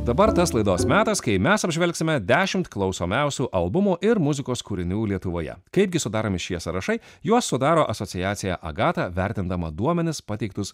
dabar tas laidos metas kai mes apžvelgsime dešimt klausiomiausių albumų ir muzikos kūrinių lietuvoje kaipgi sudaromi šie sąrašai juos sudaro asociacija agata vertindama duomenis pateiktus